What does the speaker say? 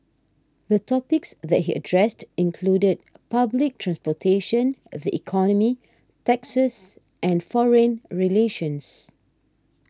the topics that he addressed included public transportation the economy taxes and foreign relations